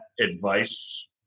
advice